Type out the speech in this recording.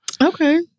Okay